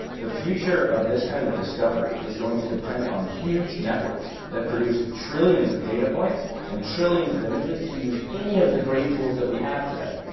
the future of this kind of discovery is going to depend on huge networks that produce trillions of data points and trillions of images to use any of the great tools that we have today.